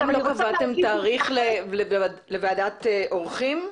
אתם לא קבעתם תאריך לוועדת עורכים?